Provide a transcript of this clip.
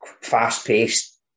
fast-paced